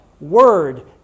word